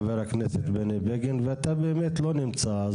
חבר הכנסת בני בגין ואתה באמת לא נמצא,